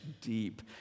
deep